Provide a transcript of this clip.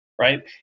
Right